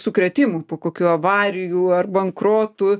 sukrėtimų po kokių avarijų ar bankrotų